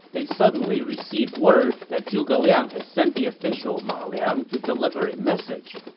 they suddenly received word that zhuge liang had sent the official ma liang to deliver a message.